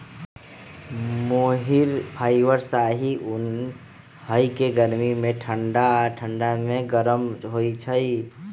मोहिर fibre शाहि उन हइ के गर्मी में ठण्डा आऽ ठण्डा में गरम होइ छइ